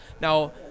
Now